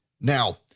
Now